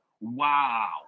wow